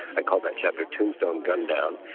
i call that chapter tombstone gundown